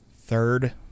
third